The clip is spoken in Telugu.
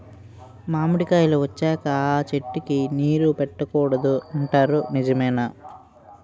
మామిడికాయలు వచ్చాక అ చెట్టుకి నీరు పెట్టకూడదు అంటారు నిజమేనా?